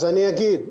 אז אני אסביר.